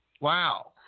Wow